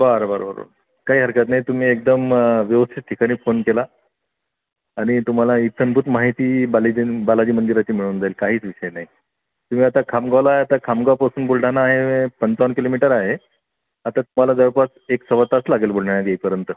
बरं बरं बरं काही हरकत नाही तुम्ही एकदम व्यवस्थित ठिकाणी फोन केला आणि तुम्हाला इत्यंभूत माहिती बालाजीन बालाजी मंदिराची मिळून जाईल काहीच विषय नाही तुम्ही आता खामगावला आहे आता खामगावपासून बुलढाणा आहे पंचावन्न किलोमीटर आहे आता तुम्हाला जवळपास एक सव्वा तास लागेल बुलढाण्यात येईपर्यंत